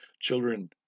Children